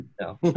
No